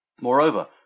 Moreover